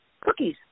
cookies